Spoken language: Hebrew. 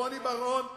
רוני בר-און,